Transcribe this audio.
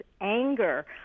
anger